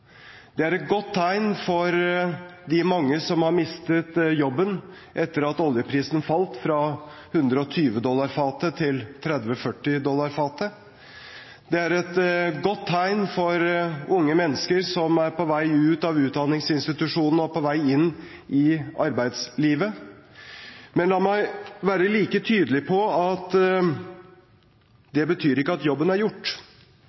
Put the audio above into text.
Det er et godt tegn for de mange som har mistet jobben etter at oljeprisen falt fra 120 dollar fatet til 30–40 dollar fatet. Det er et godt tegn for unge mennesker som er på vei ut av utdanningsinstitusjonen og på vei inn i arbeidslivet. Men la meg være like tydelig på at det betyr ikke at jobben er gjort.